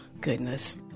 goodness